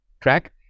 track